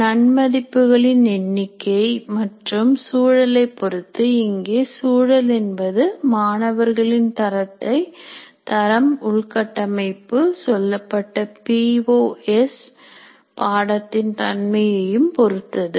நன்மதிப்பு களின் எண்ணிக்கை மற்றும் சூழலைப் பொறுத்து இங்கே சூழல் என்பது மாணவர்களின் தரம் உள்கட்டமைப்பு சொல்லப்பட்ட பி ஓ எஸ் பாடத்தின் தன்மையையும் பொறுத்தது